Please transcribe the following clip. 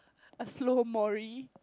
a slow Mory